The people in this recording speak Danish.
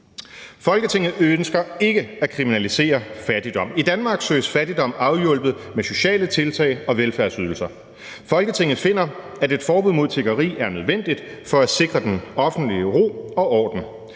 »Folketinget ønsker ikke at kriminalisere fattigdom. I Danmark søges fattigdom afhjulpet med sociale tiltag og velfærdsydelser. Folketinget finder, at et forbud mod tiggeri er nødvendigt for at sikre den offentlige ro og orden.